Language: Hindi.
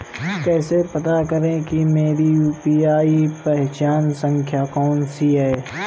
कैसे पता करें कि मेरी यू.पी.आई पहचान संख्या कौनसी है?